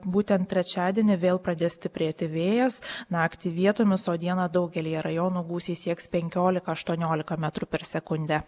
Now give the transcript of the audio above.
būtent trečiadienį vėl pradės stiprėti vėjas naktį vietomis o dieną daugelyje rajonų gūsiai sieks penkiolika aštuoniolika metrų per sekundę